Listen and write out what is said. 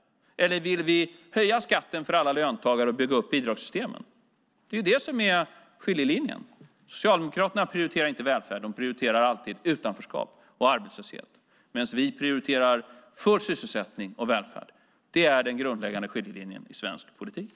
Eller vill vi höja skatten för alla löntagare och bygga upp bidragssystemen? Det är skiljelinjen. Socialdemokraterna prioriterar inte välfärd; de prioriterar alltid utanförskap och arbetslöshet. Vi prioriterar full sysselsättning och välfärd. Det är den grundläggande skiljelinjen i svensk politik.